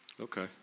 Okay